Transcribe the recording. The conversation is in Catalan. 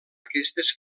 aquestes